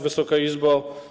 Wysoka Izbo!